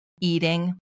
eating